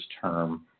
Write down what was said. term